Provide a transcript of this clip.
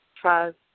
trust